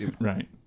right